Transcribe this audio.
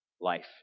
Life